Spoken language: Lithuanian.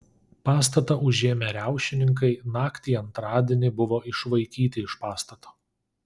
pastatą užėmę riaušininkai naktį į antradienį buvo išvaikyti iš pastato